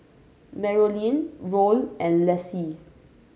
Marolyn Roll and Laci